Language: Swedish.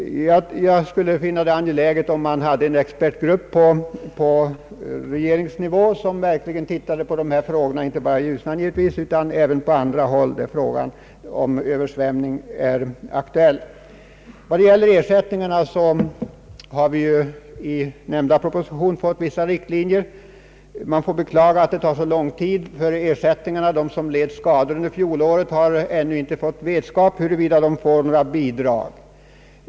Det vore angeläget att få en expertgrupp på regeringsnivå som tittade på dessa frågor, inte bara när det gäller Ljusnan utan även på andra håll där översvämning är aktuell. Vad beträffar ersättningen för översvämningsskador har vi ju i den nämnda propositionen fått vissa riktlinjer. Emellertid får man beklaga att det tar så lång tid innan ersättningar utbetalas. De som led skador under fjolåret har ännu inte fått veta huruvida de får några bidrag.